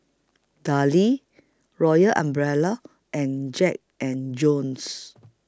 Darlie Royal Umbrella and Jack and Jones